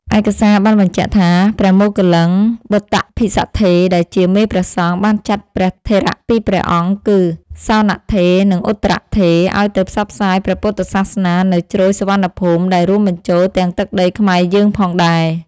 ឯកសារបានបញ្ជាក់ថា ព្រះមោគ្គល្លិបុត្តភិស្សត្ថេរ ដែលជាមេព្រះសង្ឃ បានចាត់ព្រះថេរពីរព្រះអង្គគឺ សោណត្ថេរ និង ឧត្តរត្ថេរ ឱ្យទៅផ្សព្វផ្សាយព្រះពុទ្ធសាសនានៅ ជ្រោយសុវណ្ណភូមិ ដែលរួមបញ្ចូលទាំងទឹកដីខ្មែរយើងផងដែរ។